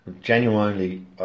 genuinely